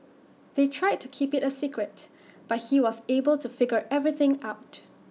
they tried to keep IT A secret but he was able to figure everything out